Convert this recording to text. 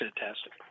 fantastic